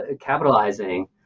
capitalizing